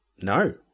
No